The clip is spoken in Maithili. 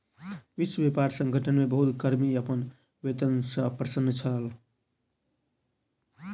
विश्व व्यापार संगठन मे बहुत कर्मी अपन वेतन सॅ अप्रसन्न छल